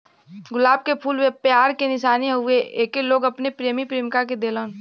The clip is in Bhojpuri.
गुलाब के फूल प्यार के निशानी हउवे एके लोग अपने प्रेमी प्रेमिका के देलन